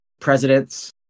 presidents